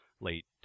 late